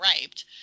raped